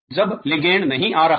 जब लिगेंड नहीं आ रहा है